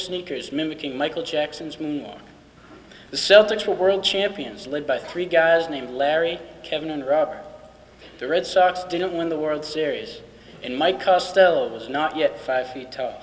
sneakers mimicking michael jackson's when the celtics were world champions led by three guys named larry kevin and robert the red sox didn't win the world series and my costello was not yet five feet tall